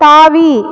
தாவி